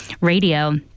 radio